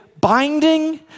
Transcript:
binding